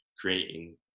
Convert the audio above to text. creating